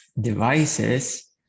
devices